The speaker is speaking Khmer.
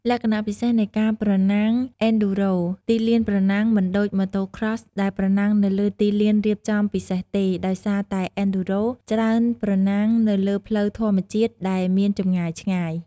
លក្ខណៈពិសេសនៃការប្រណាំង អេនឌ្យូរ៉ូ (Enduro) ទីលានប្រណាំង មិនដូច Motocross ដែលប្រណាំងនៅលើទីលានរៀបចំពិសេសទេ ដោយសារតែអេនឌ្យូរ៉ូ (Enduro) ច្រើនប្រណាំងនៅលើផ្លូវធម្មជាតិដែលមានចម្ងាយឆ្ងាយ។